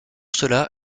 cela